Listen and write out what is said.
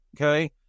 okay